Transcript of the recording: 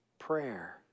prayer